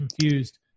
confused